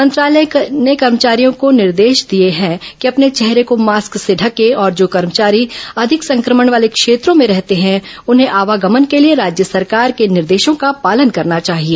मंत्रालय ने कर्मचारियों को निर्देश दिया है कि अपने चेहरे को मास्क से ढके और जो कर्मचारी अधिक संक्रमण वाले क्षेत्रों में रहते हैं उन्हें आवागमन के लिए राज्य सरकार के निर्देशों का पालन करना चाहिए